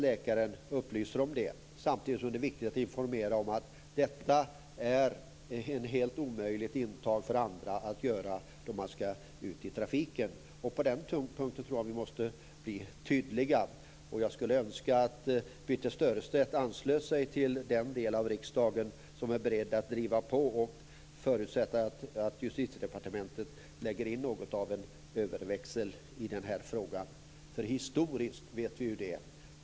Läkaren måste upplysa om detta. Samtidigt är det viktigt att informera om att detta är ett helt omöjligt intag för andra när de skall ut i trafiken. Jag tror att vi måste bli tydliga på den punkten. Jag skulle önska att Birthe Sörestedt anslöt sig till den del av riksdagen som är beredd att driva på och förutsätta att Justitiedepartementet lägger in något av en överväxel i den här frågan. Historiskt vet vi hur det är.